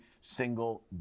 single